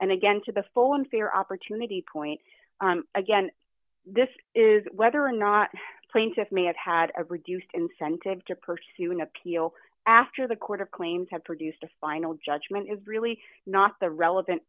and again to the full and fair opportunity point again this is whether or not the plaintiffs may have had a reduced incentive to pursue an appeal after the court of claims have produced a final judgment is really not the relevant